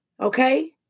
Okay